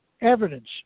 evidence